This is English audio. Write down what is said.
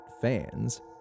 fans